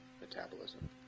metabolism